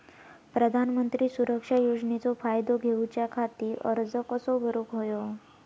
प्रधानमंत्री सुरक्षा योजनेचो फायदो घेऊच्या खाती अर्ज कसो भरुक होयो?